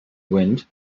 wind